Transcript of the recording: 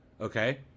Okay